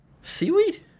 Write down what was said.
seaweed